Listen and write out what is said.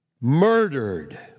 murdered